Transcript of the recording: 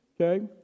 Okay